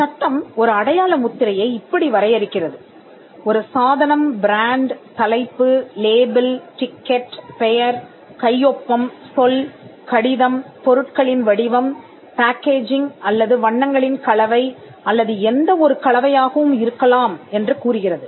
சட்டம் ஒரு அடையாள முத்திரையை இப்படி வரையறுக்கிறது ஒரு சாதனம் பிராண்ட் தலைப்பு லேபிள் டிக்கெட் பெயர் கையொப்பம் சொல் கடிதம் பொருட்களின் வடிவம் பேக்கேஜிங் அல்லது வண்ணங்களின் கலவை அல்லது எந்த ஒரு கலவையாகவும் இருக்கலாம் என்று கூறுகிறது